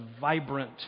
vibrant